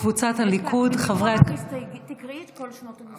קבוצת סיעת הליכוד: